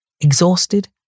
Exhausted